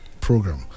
program